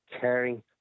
caring